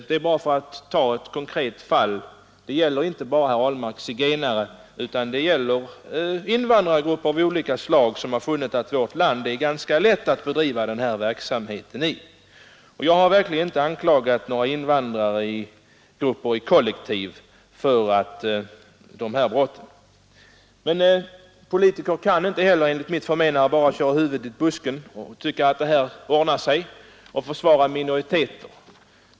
Detta är endast ett enda konkret exempel. Det gäller inte bara zigenarna, herr Ahlmark, utan det gäller invandrargrupper av olika slag som har funnit att det i vårt land är ganska lätt att bedriva den här verksamheten. Jag har verkligen inte anklagat några invandrargrupper kollektivt för dessa brott. Men vi politiker kan inte enligt mitt förmenande bara köra huvudet i busken, tycka att det här ordnar sig och försvara minoriteter.